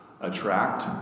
attract